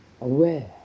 aware